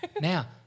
Now